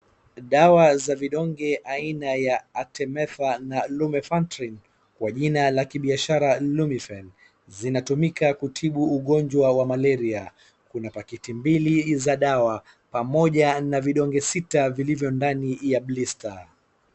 Dawa za vidonge aina ya Artemether na Lumefantrine kwa jina la kibiashara Lumifen zinatumika kutibu ugonjwa wa malaria. Kuna pakiti mbili za dawa pamoja na vidonge sita vilivyo ndani ya blister .